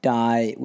die